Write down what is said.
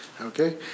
Okay